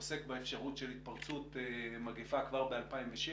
שעוסק באפשרות של התפרצות מגפה כבר ב-2007,